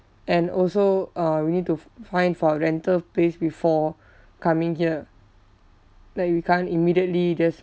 and also uh we need to f~ find for a rental place before coming here like we can't immediately just